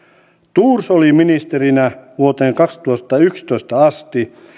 thors oli ministerinä vuoteen kaksituhattayksitoista asti